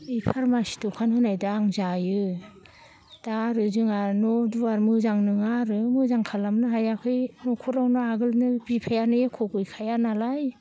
ओय फार्मासि दखान होनायदो आं जायो दा आरो जोंहा न' दुवार मोजां नङा आरो मोजां खालामनो हायाखै न'खरावनो आगोलनो बिफायानो एख' गैखायानालाय